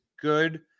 good